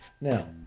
Now